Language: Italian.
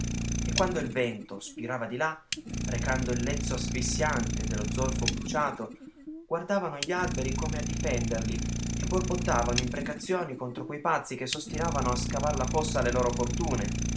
e quando il vento spirava di là recando il lezzo asfissiante dello zolfo bruciato guardavano gli alberi come a difenderli e borbottavano imprecazioni contro quei pazzi che s'ostinavano a scavar la fossa alle loro fortune